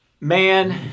Man